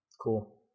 Cool